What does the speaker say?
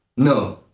no,